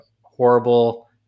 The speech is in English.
horrible